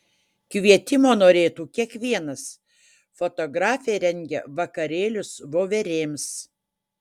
kvietimo norėtų kiekvienas fotografė rengia vakarėlius voverėms